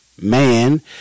man